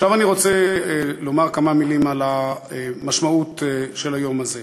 עכשיו אני רוצה לומר כמה מילים על המשמעות של היום הזה.